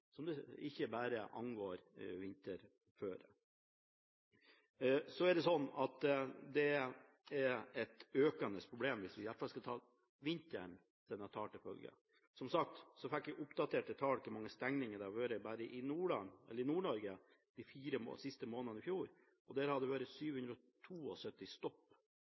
som ikke bare angår vinterføre. Det er et økende problem hvis vi i hvert fall skal ta vinterens tall til følge. Som sagt fikk jeg oppdaterte tall på hvor mange stenginger det har vært bare i Nord-Norge de fire siste månedene i fjor. Der har det vært